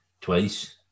twice